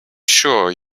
sure